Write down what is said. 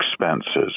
expenses